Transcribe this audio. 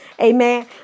Amen